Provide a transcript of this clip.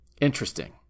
Interesting